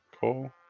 cool